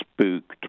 spooked